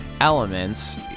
elements